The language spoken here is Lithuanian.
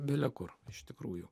bile kur iš tikrųjų